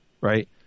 Right